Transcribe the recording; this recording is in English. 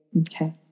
okay